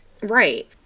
Right